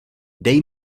dej